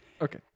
Okay